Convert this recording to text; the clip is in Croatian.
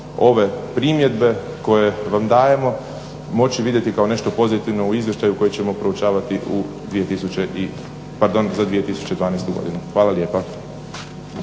ove primjedbe koje vam dajemo moći vidjeti kao nešto pozitivno u izvještaju koji ćemo proučavati za 2012. godinu. Hvala lijepa.